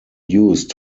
used